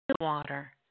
water